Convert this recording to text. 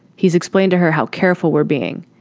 he's explained to her how careful we're being.